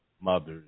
mothers